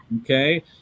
Okay